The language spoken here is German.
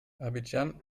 abidjan